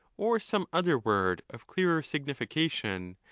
or some other word of clearer signification,